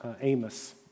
Amos